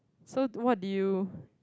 so what did you